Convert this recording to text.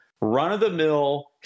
run-of-the-mill